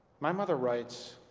my mother writes